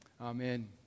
Amen